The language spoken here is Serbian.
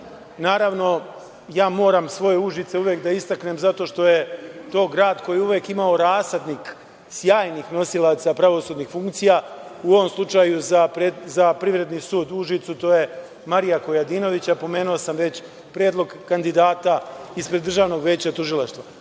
podršku. Naravno, ja moram svoje Užice uvek da istaknem zato što je to grad koji je uvek imao rasadnik sjajnih nosilaca pravosudnih funkcija. U ovom slučaju za Privredni sud u Užicu to je Marija Kojadinović, a pomenuo sam već predlog kandidata ispred Državnog veća tužilaštva. Ovo